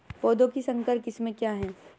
पौधों की संकर किस्में क्या हैं?